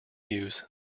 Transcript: use